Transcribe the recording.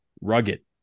rugged